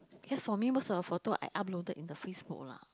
because for me most of the photo I uploaded in the Facebook lah